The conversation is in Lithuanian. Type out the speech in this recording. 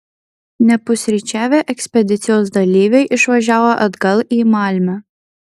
nepusryčiavę ekspedicijos dalyviai išvažiavo atgal į malmę